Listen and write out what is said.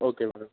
okay madam